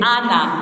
Anna